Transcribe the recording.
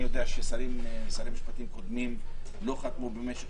אני יודע ששרי משפטים קודמים לא חתמו במשך